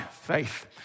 faith